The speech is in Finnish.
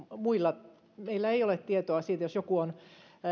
meillä ei ole tietoa siitä jos joku on